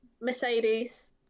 Mercedes